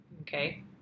Okay